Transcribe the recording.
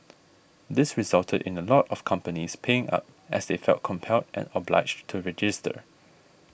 this resulted in a lot of companies paying up as they felt compelled and obliged to register